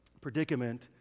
predicament